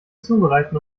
zubereiten